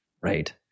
Right